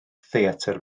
theatr